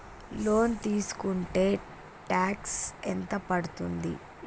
Loan తీస్కుంటే tax ఎంత పడ్తుంది?